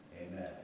Amen